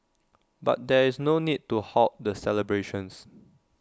but there is no need to halt the celebrations